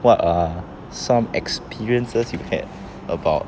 what are some experiences you have about